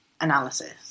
analysis